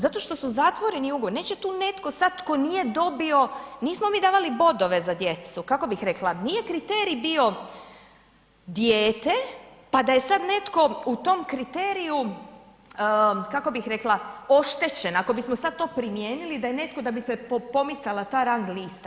Zato što su zatvoreni ugovori, neće tu netko sad tko nije dobio, nismo mi davali bodove za djecu, kako bih rekla, nije kriterij bio dijete pa da je sad netko u tom kriteriju kako bih rekla oštećen, ako bismo sad to primijenili da je netko, da bi se pomicala ta rang lista.